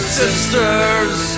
sisters